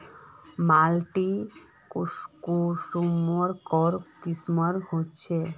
माटी कुंसम करे किस्मेर होचए?